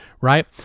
right